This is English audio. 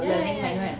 ya ya ya ya